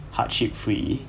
hardship free